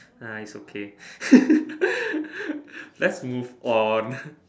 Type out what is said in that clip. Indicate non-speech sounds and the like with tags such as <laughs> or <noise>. nah it's okay <laughs> let's move on